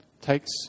takes